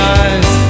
eyes